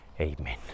Amen